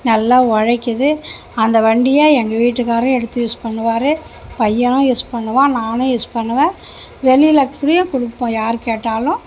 நல்லா உழைக்கிது அந்த வண்டியை எங்கள் வீட்டுக்காரரும் எடுத்து யூஸ் பண்ணுவார் பையன் யூஸ் பண்ணுவான் நானும் யூஸ் பண்ணுவேன் வெளியில் கொடுப்போம் யார் கேட்டாலும்